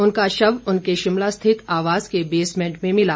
उनका शव उनके शिमला स्थित आवास के बेसमेंट में मिला